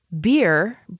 beer